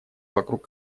вокруг